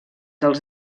dels